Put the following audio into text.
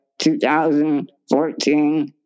2014